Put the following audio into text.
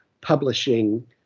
publishing